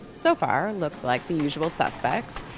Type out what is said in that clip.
so far, looks like the usual suspects.